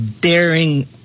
daring